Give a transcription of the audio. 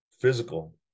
physical